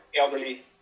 elderly